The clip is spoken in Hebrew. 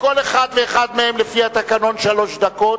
לכל אחד ואחד מהם יש לפי התקנון שלוש דקות.